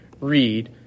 read